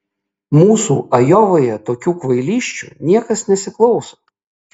mūsų ajovoje tokių kvailysčių niekas nesiklauso